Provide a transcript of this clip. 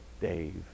Dave